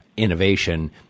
innovation